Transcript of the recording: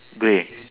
grey